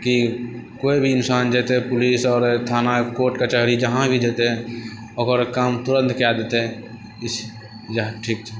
की कोइ भी इन्सान जेतै पुलिस आओर थाना कोर्ट कचहरी जहाँ भी जेतै ओकर काम तुरत कए देतै इएह ठीक छै